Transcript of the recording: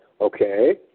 Okay